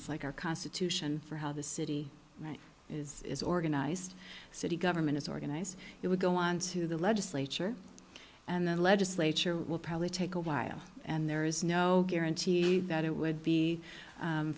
it's like our constitution for how the city is is organized city government is organized it would go on to the legislature and the legislature will probably take a while and there is no guarantee that it would be